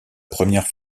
première